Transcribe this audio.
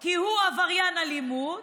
כי הוא עבריין אלימות,